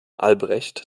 albrecht